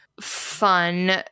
fun